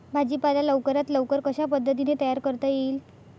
भाजी पाला लवकरात लवकर कशा पद्धतीने तयार करता येईल?